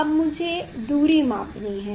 अब मुझे दूरी मापनी है